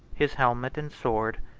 his helmet and sword,